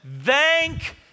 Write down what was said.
thank